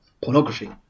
pornography